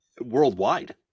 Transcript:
worldwide